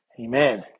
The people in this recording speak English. Amen